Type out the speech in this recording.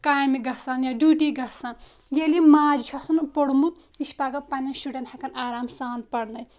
کامہِ گژھان یا ڈیوٗٹی گژھان ییٚلہِ ماجہِ چھُ آسان پوٚرمُت یہِ چھِ پگہہ پَنٕنٮ۪ن شُرین ہٮ۪کان آرام سان پرنٲیِتھ